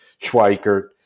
Schweikert